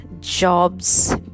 jobs